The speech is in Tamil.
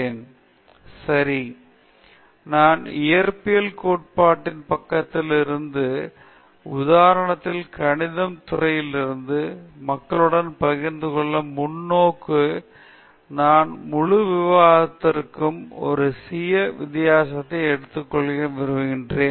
பேராசிரியர் பிரதாப் ஹரிதாஸ் சரி ஸ்வேதாம்புல் தாஸ் நான் இயற்பியல் கோட்பாட்டின் பக்கத்திலிருந்து உதாரணத்திற்கு கணிதத் துறையிலிருந்து மக்களுடன் பகிர்ந்துகொள்ளும் முன்னோக்குடன் நான் முழு விவாதத்திற்குள்ளும் ஒரு சிறிய வித்தியாசத்தை எடுத்துக் கொள்வேன் என்று நம்புகிறேன்